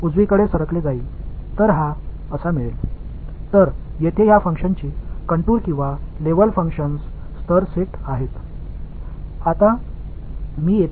எனவே இந்த வரையறைகள் அல்லது நிலை பங்க்ஷன்கள் இந்த பங்க்ஷன் நிலை தொகுப்புகள் இங்கே உள்ளன